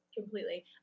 Completely